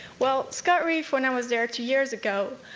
well, scott reef, when i was there two years ago,